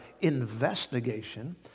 investigation